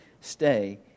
stay